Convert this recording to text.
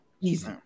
easy